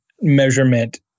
measurement